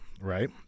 right